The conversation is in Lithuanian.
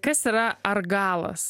kas yra argalas